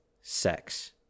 sex